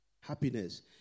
Happiness